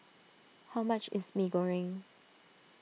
how much is Mee Goreng